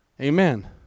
Amen